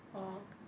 orh